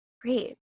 great